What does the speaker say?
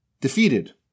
defeated